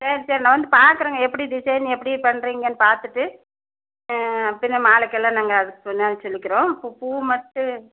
சரி சரி நான் வந்து பார்க்குறேங்க எப்படி டிசைன் எப்படி பண்ணுறீங்கன்னு பார்த்துட்டு பின்ன மாலைக்கெல்லாம் நாங்கள் அதுக்கு நேரில் சொல்லிக்கிறோம் இப்போ பூ மட்டும்